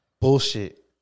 bullshit